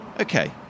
Okay